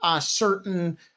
certain